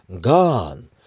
Gone